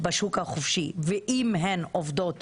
בשוק החופשי ואם הן עובדות